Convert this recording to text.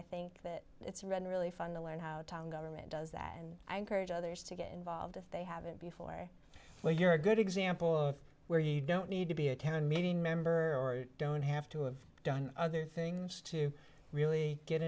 i think that it's run really fun to learn how to government does that and i encourage others to get involved if they haven't before well you're a good example of where you don't need to be a town meeting member or don't have to have done other things to really get